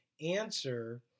answer